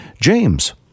James